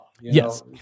yes